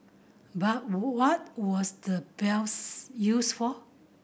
but what was the bells used for